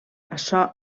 açò